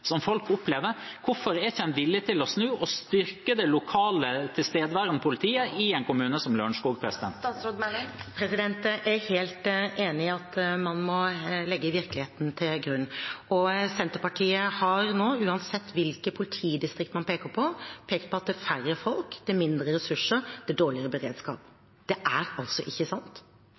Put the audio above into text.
som folk opplever. Hvorfor er en ikke villig til å snu og styrke det lokalt tilstedeværende politiet i en kommune som Lørenskog? Jeg er helt enig i at man må legge virkeligheten til grunn. Senterpartiet har nå, uansett hvilke politidistrikt man peker på, pekt på at det er færre folk, det er mindre ressurser, det er dårligere beredskap. Det er altså ikke sant.